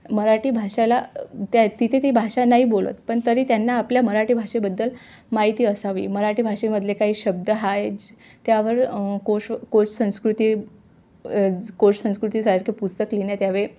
मराठी भाषेला त्या तिथे ती भाषा नाही बोलत पण तरी त्यांना आपल्या मराठी भाषेबद्दल माहिती असावी मराठी भाषेमधले काही शब्द आहे त्यावर कोश कोश संस्कृती कोश संस्कृतीसारखे पुस्तक लिहिण्यात यावे